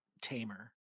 tamer